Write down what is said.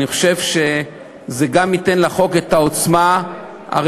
אני חושב שזה גם ייתן לחוק את העוצמה הרצויה,